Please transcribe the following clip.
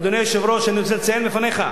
אדוני היושב-ראש, אני רוצה לציין בפניך: